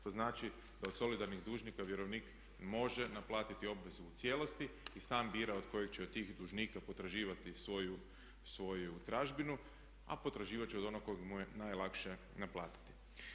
To znači da od solidarnih dužnika vjerovnik može naplatiti obvezu u cijelosti i sam bira od kojeg će od tih dužnika potraživati svoju tražbinu, a potraživat će od onog od kog mu je najlakše naplatiti.